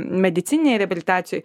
medicininėje reabilitacijoj